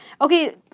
okay